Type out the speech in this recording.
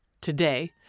Today